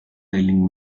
telling